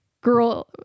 girl